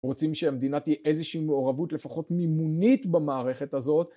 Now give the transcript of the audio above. רוצים שהמדינה תהיה איזושהי מעורבות לפחות מימונית במערכת הזאת.